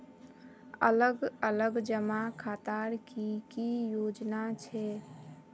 अलग अलग जमा खातार की की योजना छे?